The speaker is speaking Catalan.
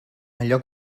allò